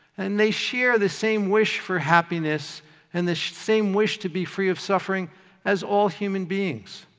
and they share the same wish for happiness and the same wish to be free of suffering as all human beings.